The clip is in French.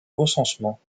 recensement